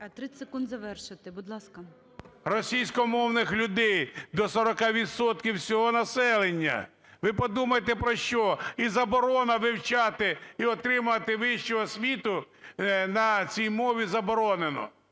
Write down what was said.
30 секунд завершити. Будь ласка. НІМЧЕНКО В.І. …російськомовних людей до 40 відсотків всього населення. Ви подумайте про що. І заборона вивчати і отримувати вищу освіту на цій мові заборонено.